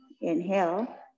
Inhale